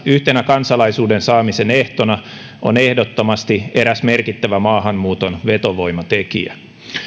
yhtenä kansalaisuuden saamisen ehtona on ehdottomasti eräs merkittävä maahanmuuton vetovoimatekijä